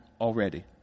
already